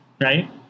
right